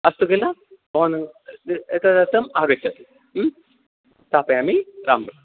अस्तु किल भवान् एतदर्थं आगच्छतु ह्म् स्थापयामि राम् राम्